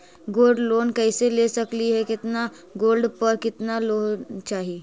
Gold loan कैसे ले सकली हे, कितना गोल्ड पर कितना लोन चाही?